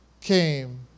came